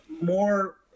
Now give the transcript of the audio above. more